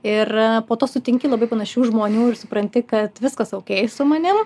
ir po to sutinki labai panašių žmonių ir supranti kad viskas ok su manim